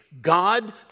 God